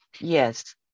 Yes